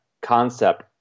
concept